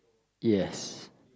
yes